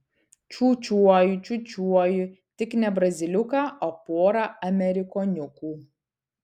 čiūčiuoju čiūčiuoju tik ne braziliuką o porą amerikoniukų